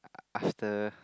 after